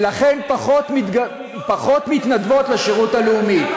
ולכן פחות מתנדבות לשירות הלאומי.